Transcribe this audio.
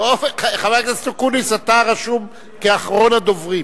טוב, חבר הכנסת אקוניס, אתה רשום כאחרון הדוברים.